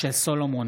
משה סולומון,